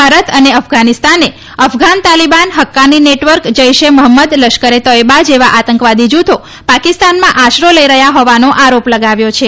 ભારત અને અફઘાનિસ્તાને અફઘાન તાલિબાન ફક્કાની નેટવર્ક જૈશ એ મોફમ્મદ લશ્કરે તૈયબા જેવા આતંકી જૂથો પાકિસ્તાનમાં આશરો લઈ રહ્યા હોવાનો આરોપ લગાવ્યો છે